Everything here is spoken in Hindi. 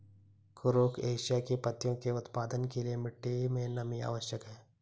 कुरुख एशिया की पत्तियों के उत्पादन के लिए मिट्टी मे नमी आवश्यक है